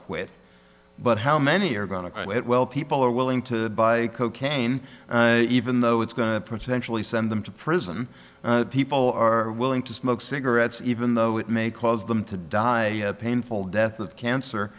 to it but how many are going to well people are willing to buy cocaine even though it's going to potentially send them to prison people are willing to smoke cigarettes even though it may cause them to die a painful death of cancer